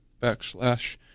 backslash